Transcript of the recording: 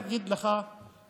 אני רוצה להגיד לך שבנגב,